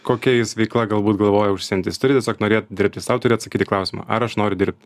kokiai veikla galbūt galvoja užsiimt jis turi tiesiog norėt dirbti sau turi atsakyt į klausimą ar aš noriu dirbt